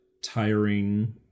tiring